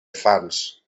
fans